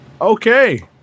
okay